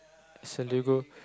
is a Lego